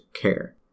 care